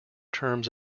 terms